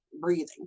breathing